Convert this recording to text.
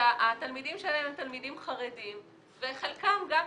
שהתלמידים שלהם הם תלמידים חרדים וחלקם גם מתגייסים,